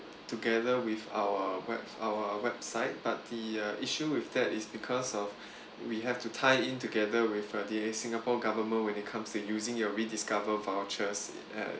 together with our webs~ our website but the uh issue with that is because of we have to tie in together with uh the singapore government when it comes to using your rediscover vouchers uh